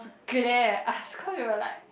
glare at us cause we were like